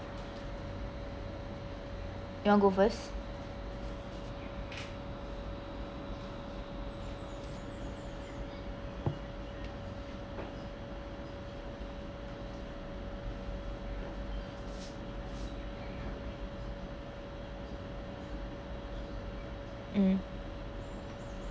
you want go first um